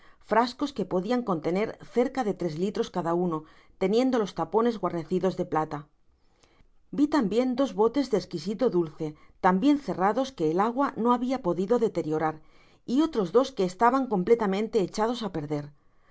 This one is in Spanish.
frascos que podian contener cerca de tres litros cada uno teniendo los tapones guarnecidos de plata vi tambien dos botes de esquisito dulce tambien cerrados que el agua no habia podido deteriorar y otros dos que estaban completamente echados á perder